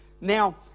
Now